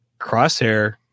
Crosshair